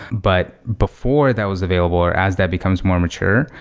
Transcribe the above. but before that was available or as that becomes more mature,